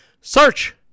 Search